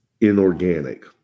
inorganic